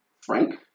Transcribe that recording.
frank